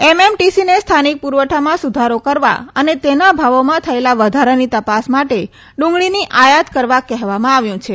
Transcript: એમએમટીસીને સ્થાનિક પુરવઠામાં સુધારો કરવા અને તેના ભાવોમાં થયેલા વધારાની તપાસ માટે ડુંગળીની આયાત કરવા કહેવામાં આવ્યું છે